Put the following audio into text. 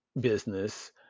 business